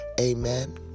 Amen